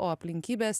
o aplinkybės